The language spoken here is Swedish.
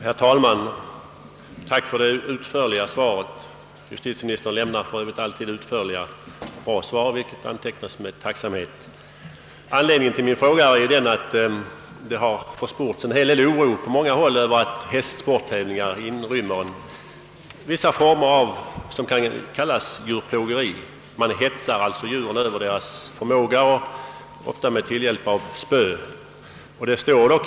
Herr talman! Tack för det utförliga svaret! Justitieministern lämnar för övrigt alltid utförliga svar, vilket med tacksamhet noteras. Anledningen till min fråga är att en hel del oro på många håll har försports över att hästsporttävlingar inrymmer vissa former av vad som kan kallas djurplågeri. Man hetsar djuren över deras förmåga, ofta med hjälp av spö.